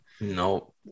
No